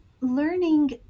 learning